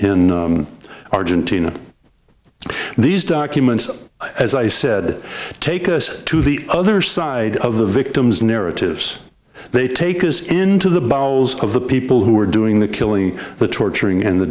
in argentina these documents as i said take us to the other side of the victims narratives they take us into the bowels of the people who are doing the killing the torturing and the